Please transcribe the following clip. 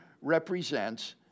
represents